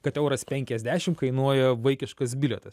kad euras penkiasdešim kainuoja vaikiškas bilietas